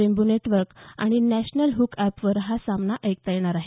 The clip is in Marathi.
रेन्बो नेटवर्क आणि नॅशनल हुक अॅपवरही हा सामना ऐकता येणार आहे